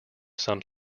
some